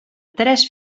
tres